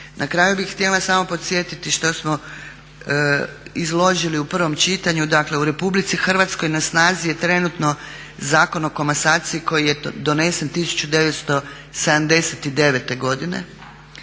Na kraju bih htjela samo podsjetiti što smo izložili u prvom čitanju, dakle u Republici Hrvatskoj na snazi je trenutno Zakon o komasaciji koji je donesen 1979. godine